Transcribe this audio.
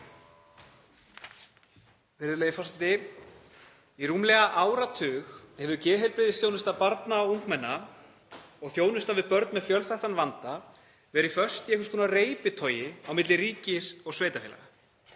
Virðulegi forseti. Í rúmlega áratug hefur geðheilbrigðisþjónusta barna og ungmenna og þjónusta við börn með fjölþættan vanda verið föst í einhvers konar reiptogi á milli ríkis og sveitarfélaga.